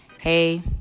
hey